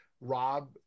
rob